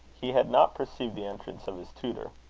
he had not perceived the entrance of his tutor.